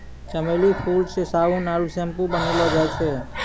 चमेली फूल से साबुन आरु सैम्पू बनैलो जाय छै